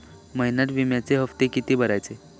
महिन्यात विम्याचो हप्तो किती भरायचो?